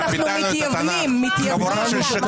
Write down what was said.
אנחנו לא נשתוק כנגד זה, לא נשתוק.